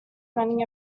running